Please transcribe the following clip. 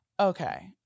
Okay